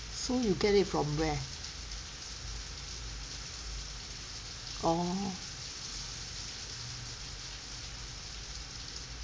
so you get it from where